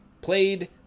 played